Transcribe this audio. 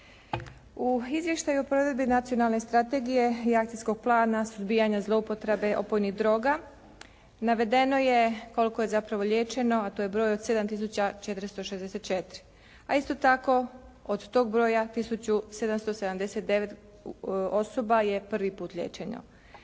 U izvještaju o provedbi nacionalne strategije i akcijskog plana suzbijanja zloupotrebe opojnih droga navedeno je koliko je zapravo liječeno a to je broj od 7 tisuća 464 a isto tako od tog broja tisuću 779 osoba je prvi put liječeno.